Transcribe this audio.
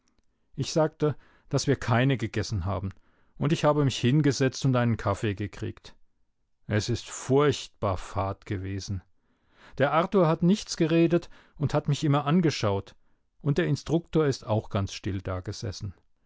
ich sagte daß wir keine gegessen haben und ich habe mich hingesetzt und einen kaffee gekriegt es ist furchtbar fad gewesen der arthur hat nichts geredet und hat mich immer angeschaut und der instruktor ist auch ganz still da